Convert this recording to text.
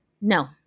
No